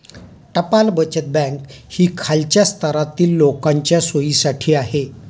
टपाल बचत बँक ही खालच्या स्तरातील लोकांच्या सोयीसाठी आहे